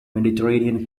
mediterranean